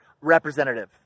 representative